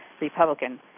Republican